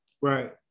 Right